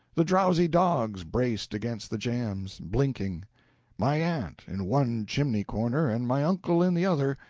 the drowsy dogs braced against the jambs, blinking my aunt in one chimney-corner, and my uncle in the other,